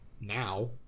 now